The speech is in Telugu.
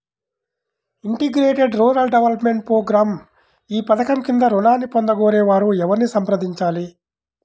ఇంటిగ్రేటెడ్ రూరల్ డెవలప్మెంట్ ప్రోగ్రాం ఈ పధకం క్రింద ఋణాన్ని పొందగోరే వారు ఎవరిని సంప్రదించాలి?